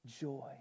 joy